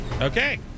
Okay